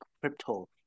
crypto